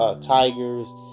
tigers